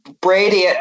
Brady